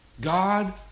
god